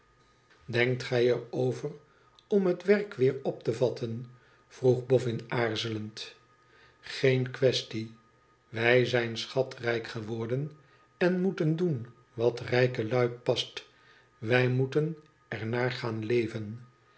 denkt gij er over om het werk weer op te vatten vroeg boffin aarcelend geen quaestie wij zijn schatrijk geworden en moeten doen wat rijke lui past wij moeten er naar gaan leven